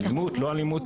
אלימות, לא אלימות.